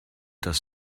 das